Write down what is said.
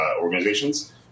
organizations